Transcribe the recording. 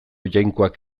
jainkoak